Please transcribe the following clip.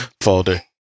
folder